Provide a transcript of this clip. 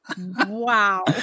Wow